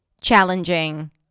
challenging